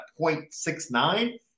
0.69